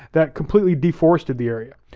that completely deforested the area.